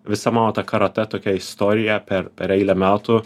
visa mano ta karatė tokia istorija per eilę metų